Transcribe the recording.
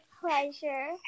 pleasure